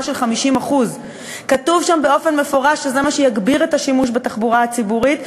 של 50%. כתוב שם במפורש שזה מה שיגביר את השימוש בתחבורה הציבורית,